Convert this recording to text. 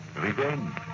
Revenge